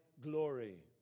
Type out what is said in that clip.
glory